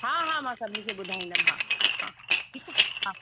हा हा मां सभिनी खे ॿुधाईंदमि हा हा ठीकु आहे हा